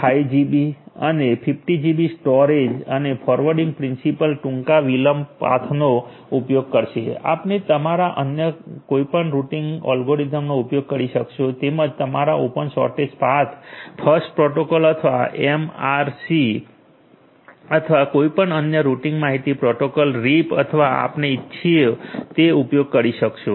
5 GB અને 50 GB storage અને forwarding principle ટૂંકા વિલંબ પાથનો ઉપયોગ કરશે આપણે તમારા અન્ય કોઈપણ રૂટીંગ એલ્ગોરિધમનો ઉપયોગ કરી શકશો તેમજ તમારા open shortest path first protocol અથવા એમઆરસી અથવા કોઈપણ અન્ય રૂટીંગ માહિતી પ્રોટોકોલ રીપ અથવા આપણે ઇચ્છો તે ઉપયોગ કરી શકશો